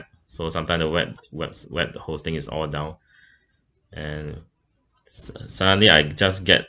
so sometimes the web web's web the hosting is all down and s~ suddenly I just get